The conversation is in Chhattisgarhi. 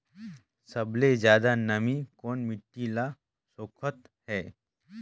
सबले ज्यादा नमी कोन मिट्टी ल सोखत हे?